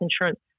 insurance